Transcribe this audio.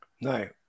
no